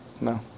No